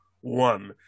one